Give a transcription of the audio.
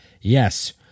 Yes